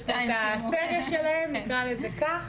הסדרה שלהן, נקרא לזה כך